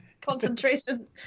concentration